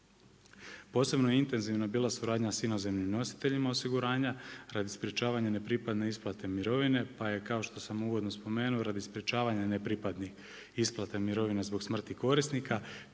Posebno intenzivno je bila suradnja sa inozemnim nositeljima osiguranja radi sprječavanja nepripadne isplate mirovine pa je kao što sam uvodno spomenuo radi sprječavanja nepripadnih isplata mirovina zbog smrti korisnika